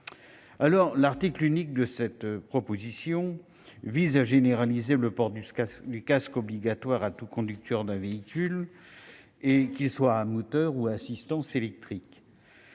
cycle. L'article unique de la proposition de loi vise à généraliser le port du casque obligatoire à tout conducteur d'un véhicule, que ce dernier soit à moteur ou à assistance électrique.